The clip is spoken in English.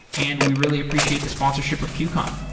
and we really appreciate the sponsorship of qcon.